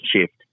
shift